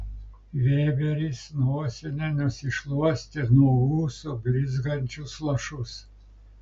vėberis nosine nusišluostė nuo ūsų blizgančius lašus